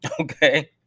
Okay